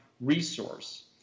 resource